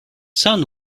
son